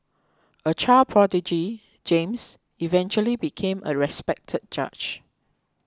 a child prodigy James eventually became a respected judge